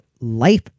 life